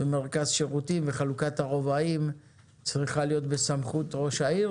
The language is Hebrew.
מרכז שירותים וחלוקת הרובעים צריכה להיות בסמכות ראש העיר